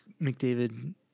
McDavid